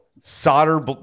solder